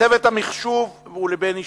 לצוות המחשוב ולבני שיינין,